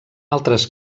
altres